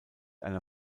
einer